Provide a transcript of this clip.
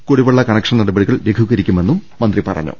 കുടിവെള്ള കണക്ഷൻ നടപടികൾ ലഘൂകരിക്കുമെന്നും മന്ത്രി പറഞ്ഞു